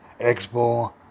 Expo